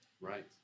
Right